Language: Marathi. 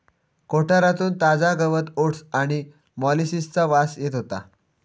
कोठारातून ताजा गवत ओट्स आणि मोलॅसिसचा वास येत होतो